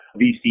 VC